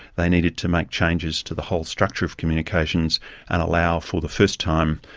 they needed to make changes to the whole structure of communications and allow for the first time,